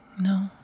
no